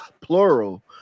plural